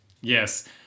Yes